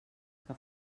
que